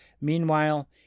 meanwhile